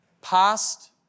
past